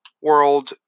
world